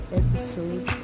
episode